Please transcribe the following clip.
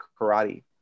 karate